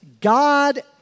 God